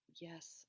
yes